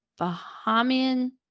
Bahamian